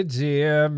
dear